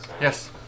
Yes